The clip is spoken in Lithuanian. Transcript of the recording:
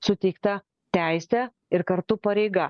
suteikta teise ir kartu pareiga